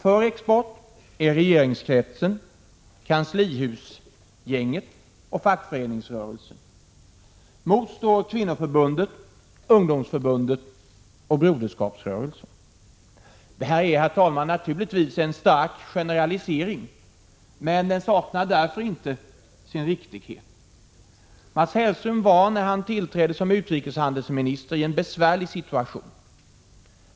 För en export är regeringskretsen, kanslihusgänget och fackföreningsrörelsen. Mot den står kvinnoförbundet, ungdomsförbundet och broderskapsrörelsen. Detta är naturligtvis en stark generalisering, men den saknar därför inte sin riktighet. Mats Hellström var, när han tillträdde som utrikeshandelsminister, i en besvärlig situation.